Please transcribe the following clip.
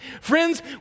Friends